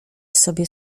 sobie